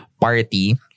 party